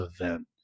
event